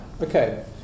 Okay